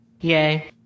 Yay